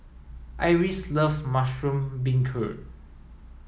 Iris love mushroom beancurd